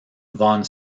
von